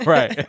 Right